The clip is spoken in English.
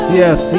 yes